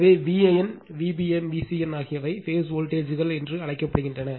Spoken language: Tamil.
எனவே Van Vbn Vcn ஆகியவை பேஸ் வோல்ட்டேஜ்கள் என்று அழைக்கப்படுகின்றன